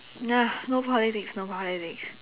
nah no politics no politics